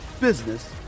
business